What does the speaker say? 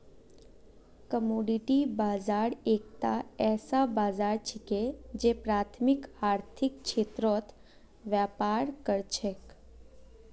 commodity बाजार एकता ऐसा बाजार छिके जे प्राथमिक आर्थिक क्षेत्रत व्यापार कर छेक